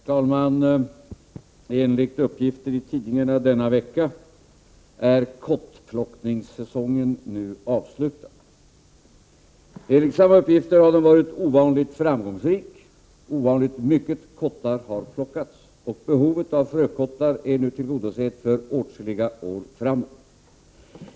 Herr talman! Enligt uppgifter i tidningarna denna vecka är kottplockningssäsongen nu avslutad. Enligt samma uppgifter har den varit ovanligt framgångsrik. Ovanligt mycket kottar har plockats. Behovet av frökottar är nu tillgodosett för åtskilliga år framåt.